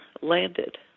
landed